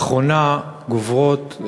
באחרונה גוברות,